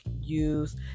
use